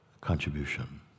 contribution